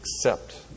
accept